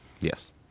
Yes